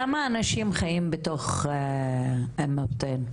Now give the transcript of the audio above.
כמה אנשים חיים בתוך אום טין?